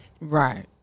Right